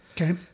Okay